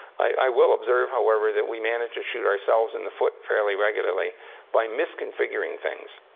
i will observe, however, that we manage to shoot ourselves in the foot fairly regularly by mis-configuring things.